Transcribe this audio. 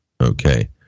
Okay